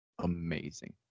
amazing